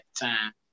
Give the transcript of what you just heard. time